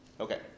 Okay